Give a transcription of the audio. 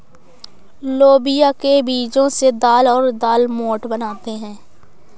लोबिया के बीजो से दाल और दालमोट बनाते है